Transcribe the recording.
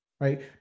right